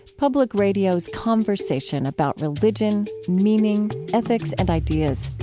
public radio's conversation about religion, meaning, ethics, and ideas.